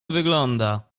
wygląda